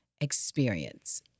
experience